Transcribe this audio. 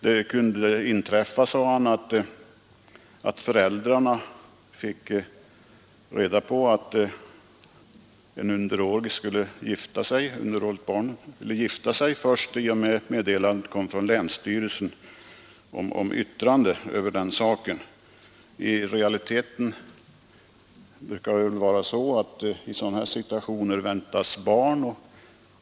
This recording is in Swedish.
Det kunde inträffa, sade han, att föräldrarna fick reda på att en underårig skulle gifta sig först i och med att meddelande kom från länsstyrelsen om yttrande över saken. I realiteten brukar det väl vara så att i sådana här situationer väntas barn.